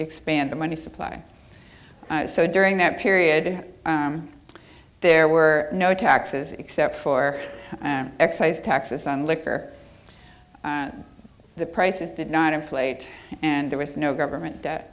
expand the money supply so during that period there were no taxes except for excise taxes on liquor the prices did not inflate and there was no government that